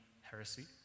heresy